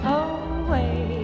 away